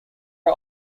are